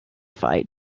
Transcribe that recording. fight